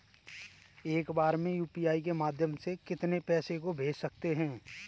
एक बार में यू.पी.आई के माध्यम से कितने पैसे को भेज सकते हैं?